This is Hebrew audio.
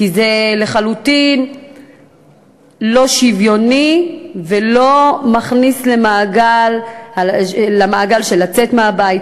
כי זה לחלוטין לא שוויוני ולא מכניס למעגל של לצאת מהבית,